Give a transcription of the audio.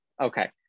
Okay